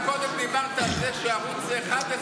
אתה קודם דיברת על זה שערוץ 11,